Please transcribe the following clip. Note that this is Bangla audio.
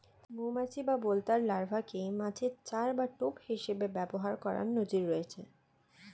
মৌমাছি বা বোলতার লার্ভাকে মাছের চার বা টোপ হিসেবে ব্যবহার করার নজির রয়েছে